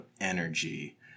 energy